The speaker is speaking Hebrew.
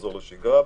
לחזור לשגרה.